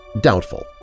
Doubtful